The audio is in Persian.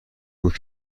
بود